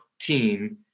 team